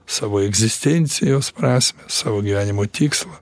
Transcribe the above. savo egzistencijos prasmę savo gyvenimo tikslą